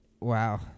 Wow